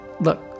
Look